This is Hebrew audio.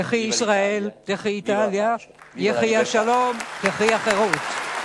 תחי ישראל! תחי איטליה! יחי השלום, תחי החירות!